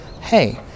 hey